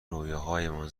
رویاهایمان